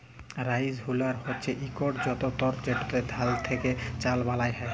rice huller হছে ইকট যলতর যেটতে ধাল থ্যাকে চাল বালাল হ্যয়